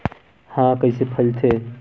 ह कइसे फैलथे?